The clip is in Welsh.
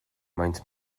maent